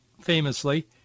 famously